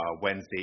Wednesday